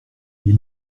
ils